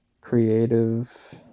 creative